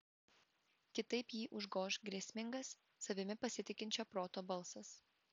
kitaip jį užgoš grėsmingas savimi pasitikinčio proto balsas